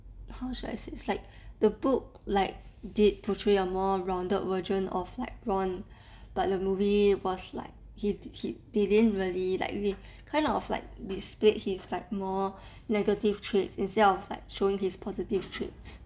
how should I say it's like the book like did portray a more rounded version of like ron but the movie was like he did he didn't really like kind of like displayed his like more negative traits instead of like showing his positive traits